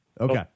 Okay